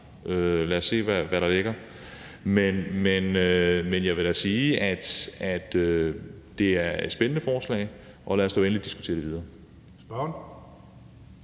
Lad os se, hvad der ligger. Men jeg vil sige, at det er et spændende forslag, og lad os da endelig diskutere det videre.